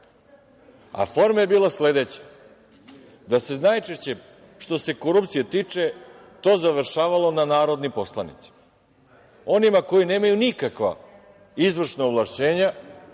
Forma je bila sledeća, da se najčešće što se korupcije tiče to završavalo na narodnim poslanicima, onima koji nemaju nikakva izvršna ovlašćenja,